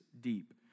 deep